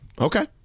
Okay